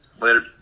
later